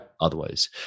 Otherwise